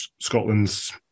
Scotland's